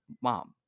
mom